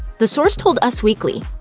the source told us weekly,